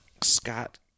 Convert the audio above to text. Scott